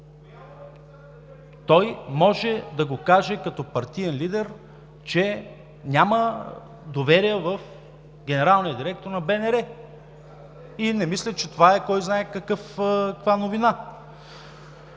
Той може да каже като партиен лидер, че няма доверие в генералния директор на БНР и не мисля, че това е кой знае каква новина.